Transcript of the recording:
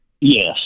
Yes